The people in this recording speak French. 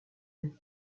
bien